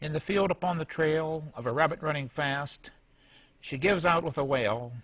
in the field up on the trail of a rabbit running fast she gives out with a whale